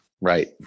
Right